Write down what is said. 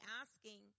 asking